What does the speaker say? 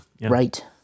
Right